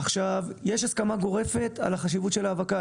עכשיו, יש הסכמה גורפת על החשיבות של האבקה.